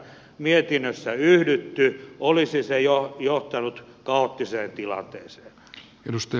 mietinnässä yhden työ olisi se johtanut kaoottiseen tilanteeseen